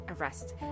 arrest